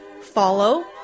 follow